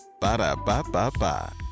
Ba-da-ba-ba-ba